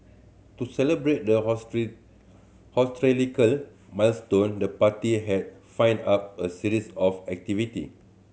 to celebrate the historical milestone the party has find up a series of activity